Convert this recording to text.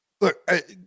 Look